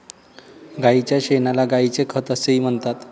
गायीच्या शेणाला गायीचे खत असेही म्हणतात